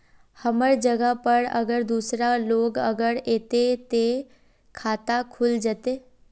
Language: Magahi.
हमर जगह पर अगर दूसरा लोग अगर ऐते ते खाता खुल जते?